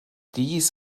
dies